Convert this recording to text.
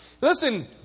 Listen